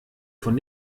von